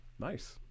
Nice